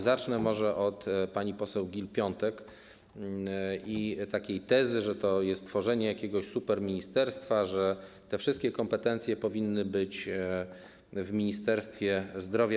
Zacznę może od pani poseł Gill-Piątek i takiej tezy, że to jest tworzenie jakiegoś superministerstwa, że te wszystkie kompetencje powinny być zogniskowane w Ministerstwie Zdrowia.